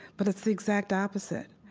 but it's the exact opposite.